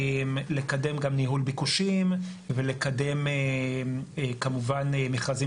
לקדם גם ניהול ביקושים ולקדם כמובן מכרזים